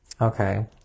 Okay